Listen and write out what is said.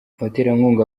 abaterankunga